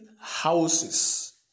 houses